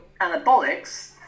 anabolics